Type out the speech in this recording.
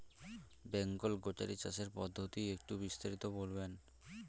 Bengal goatery চাষের পদ্ধতি একটু বিস্তারিত বলবেন?